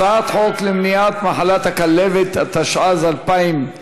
הצעת חוק למניעת מחלת הכלבת, התשע"ז 2017,